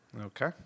Okay